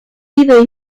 ido